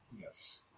Yes